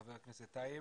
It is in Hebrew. לחבר הכנסת טייב.